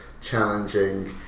challenging